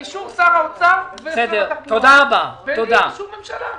באישור שר האוצר ושר התחבורה ובלי אישור ממשלה.